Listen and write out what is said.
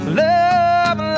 love